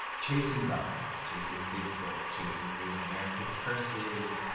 chasing goblins, chasing bigfoot, chasing native american curses,